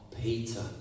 Peter